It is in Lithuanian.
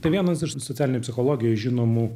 tai vienas iš socialinėj psichologijoj žinomų